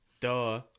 Duh